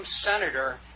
senator